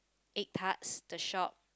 egg tarts the shop